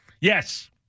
Yes